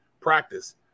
practice